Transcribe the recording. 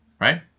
Right